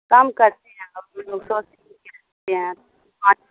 کم کر دیا اب تو دوسروں سے